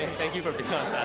thank you for becoming